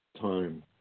time